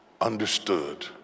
understood